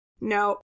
No